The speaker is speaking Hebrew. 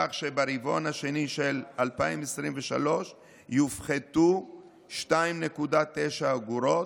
כך שברבעון השני של 2023 יופחתו 2.9 אגורות,